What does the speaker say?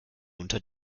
unter